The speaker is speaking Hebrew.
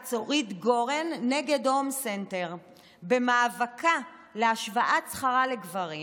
בבג"ץ אורית גורן נגד הום סנטר במאבקה להשוואת שכרה לגברים